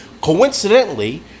Coincidentally